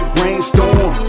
Brainstorm